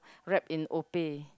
wrapped in Opeh